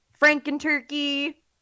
franken-turkey